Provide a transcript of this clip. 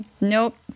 Nope